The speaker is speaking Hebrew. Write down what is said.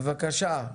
בבקשה,